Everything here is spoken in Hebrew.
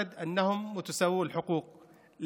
להשתמש בה כשמתייחסים לערבים היא הכוח.